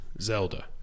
Zelda